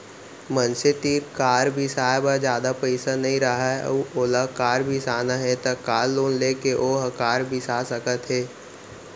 मनसे तीर कार बिसाए बर जादा पइसा नइ राहय अउ ओला कार बिसाना हे त कार लोन लेके ओहा कार बिसा सकत हे